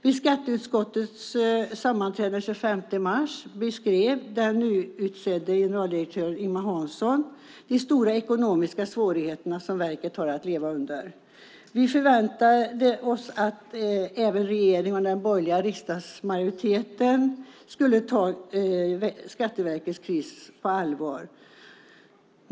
Vid skatteutskottets sammanträde den 25 mars beskrev den nyutsedde generaldirektören Ingemar Hansson de stora ekonomiska svårigheter som verket har att leva under. Vi förväntade oss att även regeringen och den borgerliga riksdagsmajoriteten skulle ta Skatteverkets kris på allvar.